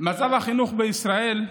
מצב החינוך בישראל,